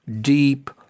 deep